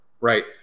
right